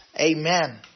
Amen